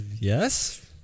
yes